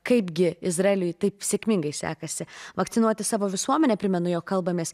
kaipgi izraeliui taip sėkmingai sekasi vakcinuoti savo visuomenę primenu jog kalbamės